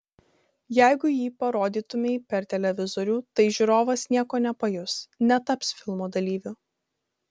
jeigu jį parodytumei per televizorių tai žiūrovas nieko nepajus netaps filmo dalyviu